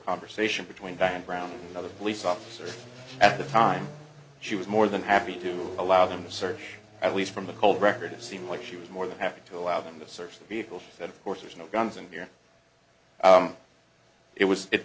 conversation between band brown and other police officers at the time she was more than happy to allow them to search at least from the whole record it seemed like she was more than happy to allow them to search the vehicle said of course there's no guns and beer it was